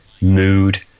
mood